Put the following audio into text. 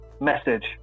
message